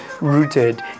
rooted